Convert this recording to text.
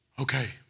Okay